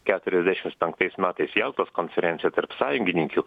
keturiasdešimts penktais metais jaltos konferencija tarp sąjungininkių